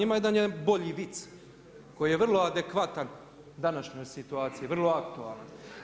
Ima jedan bolji vic koji je vrlo adekvatan današnjoj situaciji, vrlo aktualan.